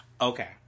okay